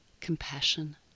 compassion